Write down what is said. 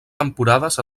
temporades